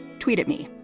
tweet at me.